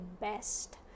best